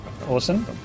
awesome